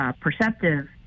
Perceptive